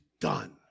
done